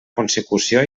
consecució